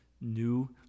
new